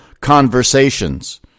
conversations